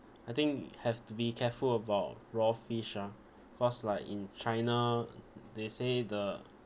I think have to be careful about raw fish ah cause like in china they say the